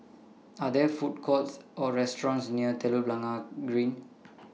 Are There Food Courts Or restaurants near Telok Blangah Green